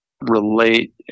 relate